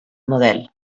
model